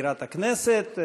מזכירת הכנסת,